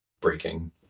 breaking